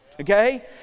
okay